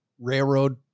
Railroad